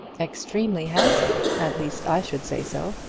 extremely handsome at least i should say so.